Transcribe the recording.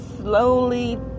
slowly